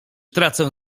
tracę